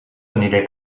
aniré